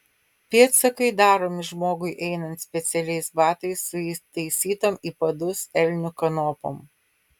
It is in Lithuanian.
pėdsakai daromi žmogui einant specialiais batais su įtaisytom į padus elnių kanopom